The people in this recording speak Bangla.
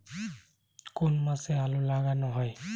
কোন মাসে আলু লাগানো হয়?